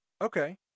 Okay